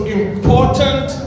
important